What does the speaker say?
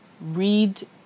Read